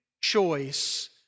choice